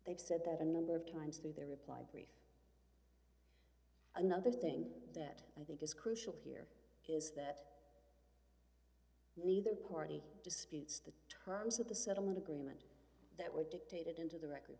they've said that a number of times through their reply another thing that i think is crucial here is that neither party disputes the terms of the settlement agreement that were dictated into the record